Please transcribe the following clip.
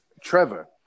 Trevor